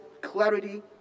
clarity